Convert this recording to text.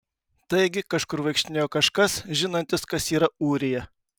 taigi kažkur vaikštinėjo kažkas žinantis kas yra ūrija